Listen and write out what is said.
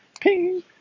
ping